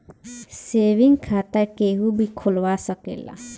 saving खाता केहू भी खोलवा सकेला